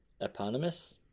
Eponymous